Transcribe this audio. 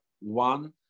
one